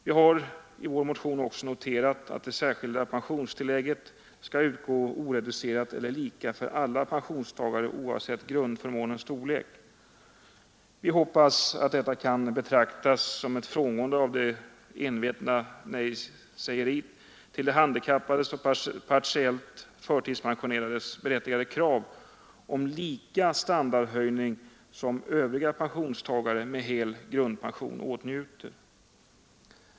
Vi har i vår motion också föreslagit att det särskilda pensionstillägget skall utgå oreducerat eller lika för alla pensionstagare oavsett grundförmånens storlek. Vi hoppas att detta kan betraktas som ett frångående av det envetna nejsägeriet till de handikappades och de partiellt förtidspensionerades berättigade krav på samma standardhöjning som övriga pensionstagare med hel grundpension åtnjuter.